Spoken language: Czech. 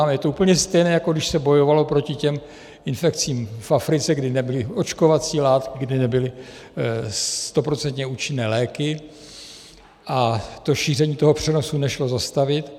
Je to úplně stejné, jako když se bojovalo proti těm infekcím v Africe, kdy nebyly očkovací látky, kdy nebyly stoprocentně účinné léky a šíření přenosu nešlo zastavit.